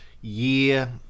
year